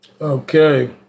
Okay